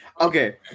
Okay